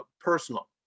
personal